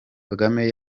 kagame